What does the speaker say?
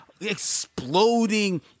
exploding